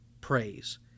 praise